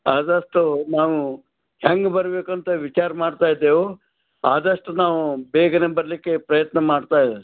ಆದಷ್ಟು ನಾವು ಹೆಂಗೆ ಬರ್ಬೇಕು ಅಂತ ವಿಚಾರ ಮಾಡ್ತ ಇದ್ದೇವೆ ಆದಷ್ಟು ನಾವು ಬೇಗನೇ ಬರಲಿಕ್ಕೆ ಪ್ರಯತ್ನ ಮಾಡ್ತ ಇದ್ದಾರೆ